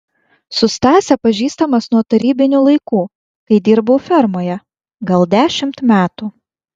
su stase pažįstamas nuo tarybinių laikų kai dirbau fermoje gal dešimt metų